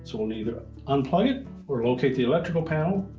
so we'll neither unplug or locate the electrical panel,